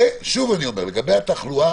שוב אני אומר, לגבי התחלואה